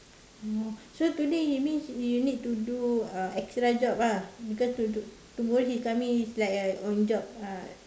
oh so today you means you need to do uh extra job lah because to to tomorrow he is coming is like a on job uh